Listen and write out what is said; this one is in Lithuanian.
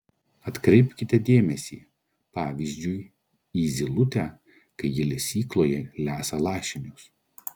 atkreipkite dėmesį pavyzdžiui į zylutę kai ji lesykloje lesa lašinius